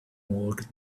work